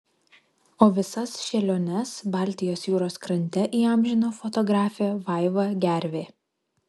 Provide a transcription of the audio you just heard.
o visas šėliones baltijos jūros krante įamžino fotografė vaiva gervė